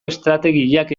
estrategiak